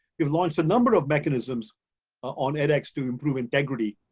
we've launched a number of mechanisms on edx to improve integrity.